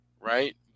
right